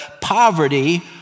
poverty